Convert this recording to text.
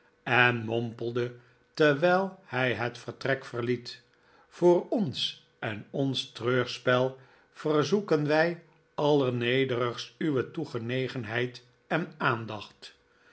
en mompelde terwijl hij het vertrek verliet voor ons en ons treurspel verzoeken wij allernederigst uwe toegenegenheid en aandacht